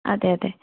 അതേ അതേ